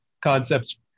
concepts